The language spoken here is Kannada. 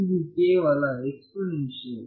ಆದ್ದರಿಂದ ಇದು ಕೇವಲ ಎಕ್ಸ್ಪೋನೆಂಶಿಯಲ್